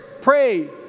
pray